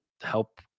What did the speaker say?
help